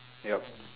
yup